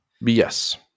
yes